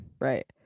Right